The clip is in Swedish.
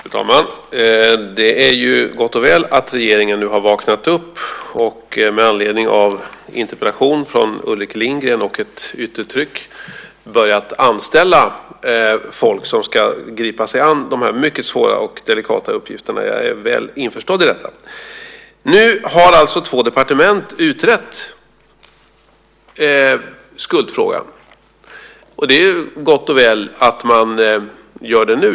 Fru talman! Det är ju gott och väl att regeringen nu har vaknat upp och med anledning av en interpellation från Ulrik Lindgren och ett yttre tryck börjat anställa folk som ska gripa sig an de här mycket svåra och delikata uppgifterna - jag är väl införstådd med detta. Nu har alltså två departement utrett skuldfrågan. Det är gott och väl att man gör det nu.